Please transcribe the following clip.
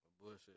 Bullshit